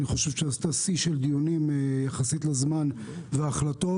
אני חושב שעשתה שיא דיונים יחסית לזמן והחלטות,